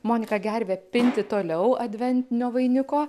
moniką gervę pinti toliau adventinio vainiko